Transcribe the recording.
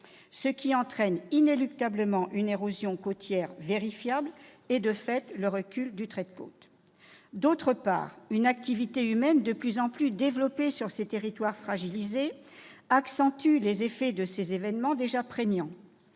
Cela entraîne inéluctablement une érosion côtière vérifiable et le recul, de fait, du trait de côte. Par ailleurs, une activité humaine de plus en plus développée sur ces territoires fragilisés accentue les effets de ces événements déjà prégnants